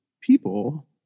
people